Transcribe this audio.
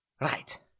Right